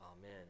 Amen